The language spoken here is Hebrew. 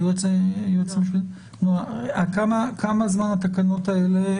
היועץ המשפטי, כמה זמן התקנות הלאה?